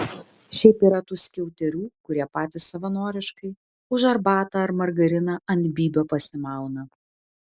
šiaip yra tų skiauterių kurie patys savanoriškai už arbatą ar margariną ant bybio pasimauna